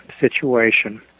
situation